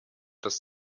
das